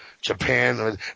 Japan